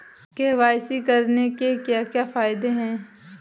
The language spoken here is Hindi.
के.वाई.सी करने के क्या क्या फायदे हैं?